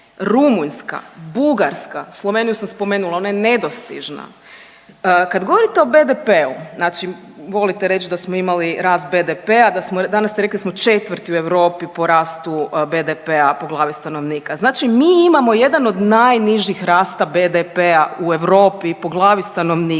Rumunjska, Bugarska, Sloveniju sam spomenula ona je nedostižna. Kad govorite o BDP-u znači volite reć da smo imali rast BDP-a, danas ste rekli da smo četvrti u Europi po rastu BDP-a po glavi stanovnika, znači mi imamo jedan od najnižih rasta BDP-a u Europi po glavi stanovnika.